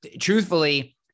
truthfully